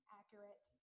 accurate